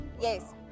Yes